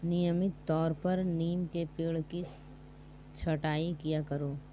नियमित तौर पर नीम के पेड़ की छटाई किया करो